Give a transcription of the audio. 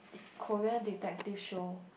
Korean detective show